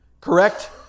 Correct